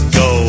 go